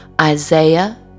Isaiah